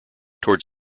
towards